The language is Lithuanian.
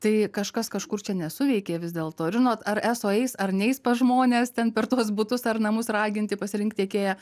tai kažkas kažkur čia nesuveikė vis dėlto ir žinot ar eso eis ar neis pas žmones ten per tuos butus ar namus raginti pasirinkt tiekėją